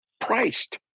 priced